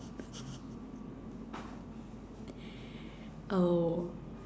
oh